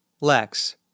Lex